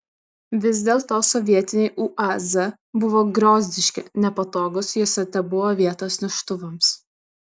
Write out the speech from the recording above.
vis dėlto sovietiniai uaz buvo griozdiški nepatogūs juose tebuvo vietos neštuvams